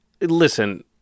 listen